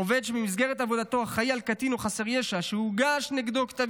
עובד שבמסגרת עבודתו אחראי על קטין או חסר ישע אשר הוגש נגדו כתב